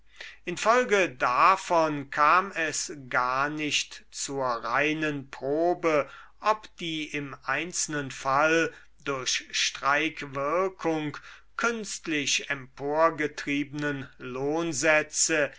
infolge davon kam es gar nicht zur reinen probe ob die im einzelnen fall durch streikwirkung künstlich emporgetriebenen lohnsätze